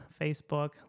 Facebook